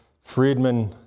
Friedman